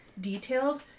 detailed